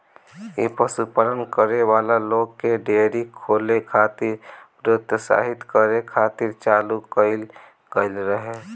इ पशुपालन करे वाला लोग के डेयरी खोले खातिर प्रोत्साहित करे खातिर चालू कईल गईल रहे